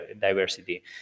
diversity